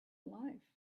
life